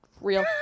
Real